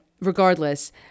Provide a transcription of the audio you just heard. regardless